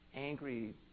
angry